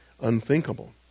unthinkable